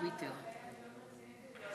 לא